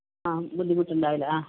ആ ബുദ്ധിമുട്ടുണ്ടാവില്ല ആ ആ